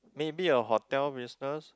maybe a hotel business